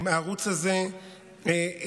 הערוץ הזה מפיץ